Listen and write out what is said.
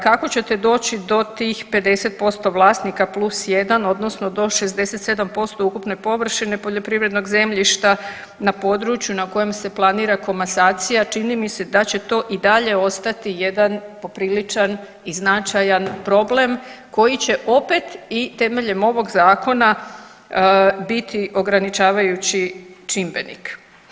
Kako ćete doći do tih 50% vlasnika plus jedan odnosno do 67% ukupne površine poljoprivrednog zemljišta na području na kojem se planira komasacija čini mi se da će to i dalje ostati jedan popriličan i značajan problem koji će opet i temeljem ovog zakona biti ograničavajući čimbenik.